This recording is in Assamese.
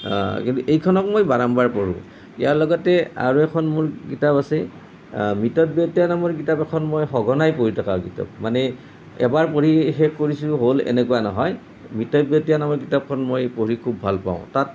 কিন্তু এইখনক মই বাৰম্বাৰ পঢ়োঁ ইয়াৰ লগতে আৰু এখন মোৰ কিতাপ আছে মিতব্যয়িতা নামৰ কিতাপ এখন মই সঘনাই পঢ়ি থকা কিতাপ মানে এবাৰ পঢ়ি শেষ কৰিছিলোঁ হ'ল এনেকুৱা নহয় মিতব্যয়িতা নামৰ কিতাপখন মই পঢ়ি খুব ভাল পাওঁ তাত